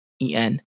EN